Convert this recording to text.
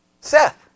Seth